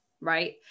right